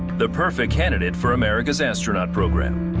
the perfect candidate for america's astronaut program.